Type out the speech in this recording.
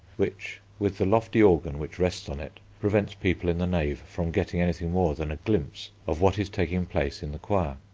which, with the lofty organ which rests on it, prevents people in the nave from getting anything more than a glimpse of what is taking place in the choir.